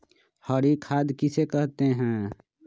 हरी खाद किसे कहते हैं?